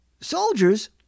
soldiers